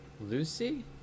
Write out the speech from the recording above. Lucy